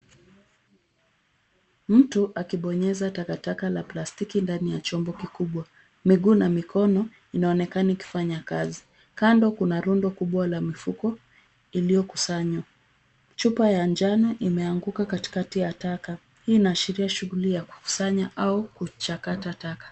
Mtu akibonyeza takataka la plastiki ndani ya chombo kikubwa. Miguu na mikono inaonekana ikifanya kazi. Kando kuna rundo kubwa la mifuko iliyokusanywa. Chupa ya njano imeanguka katikati ya taka. Hii inaashiria shughuli ya kukusanya au kuchakata taka.